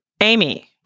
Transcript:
Amy